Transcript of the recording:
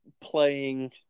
playing